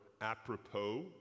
apropos